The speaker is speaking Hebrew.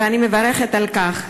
ואני מברכת על כך.